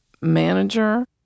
manager